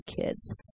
kids